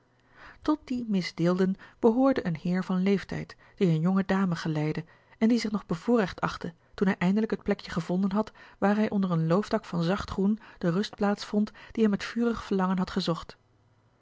tot die misdeelden behoorde een heer van leeftijd die eene jonge dame geleidde en die zich nog bevoorrecht achtte toen hij eindelijk het plekje gevonden had waar hij onder een loofdak van zacht groen de rustplaats vond die hij met vurig verlangen had gezocht